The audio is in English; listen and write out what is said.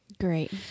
Great